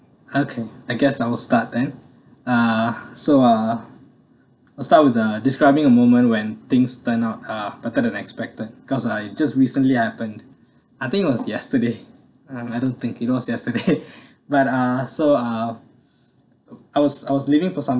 okay I guess I'll start then uh so uh let's start with uh describing a moment when things turn out uh better than expected because I just recently happened I think it was yesterday uh I don't think it was yesterday but uh so uh I was I was leaving for some